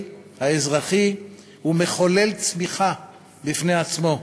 והאזרחי היא מחולל צמיחה בפני עצמו.